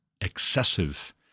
excessive